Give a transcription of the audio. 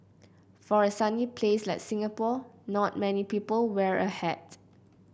for a sunny place like Singapore not many people wear a hat